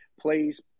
please